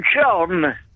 John